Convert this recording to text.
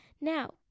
Now